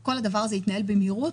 שכל הדבר יתנהל במהירות?